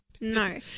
No